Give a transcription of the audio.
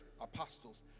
apostles